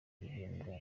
guhembwa